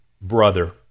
brother